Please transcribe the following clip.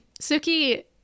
Suki